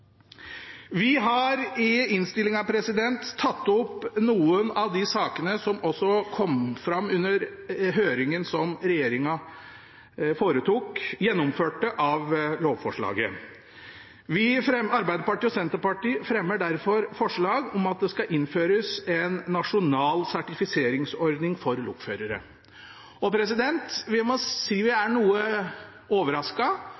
Vi har i innstillingen tatt opp noen av de sakene som også kom fram under høringen som regjeringen gjennomførte om lovforslaget. Arbeiderpartiet og Senterpartiet fremmer derfor forslag om at det skal innføres en nasjonal sertifiseringsordning for lokførere. Vi er noe overrasket over at vi ikke får tilslutning til det forslaget. Vi